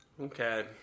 Okay